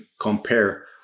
compare